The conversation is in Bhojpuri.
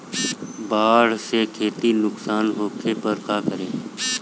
बाढ़ से खेती नुकसान होखे पर का करे?